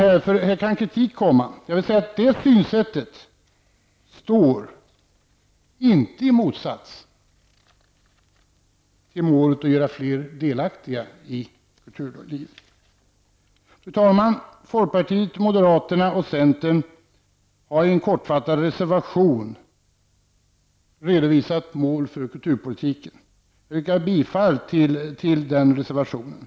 Här kan dock kritik komma, och jag vill säga att det synsättet inte står i motsats till målen att göra fler delaktiga i kulturlivet. Fru talman! Folkpartiet, moderaterna och centern har i en kortfattad reservation redovisat mål för kulturpolitiken. Jag yrkar bifall till den reservationen.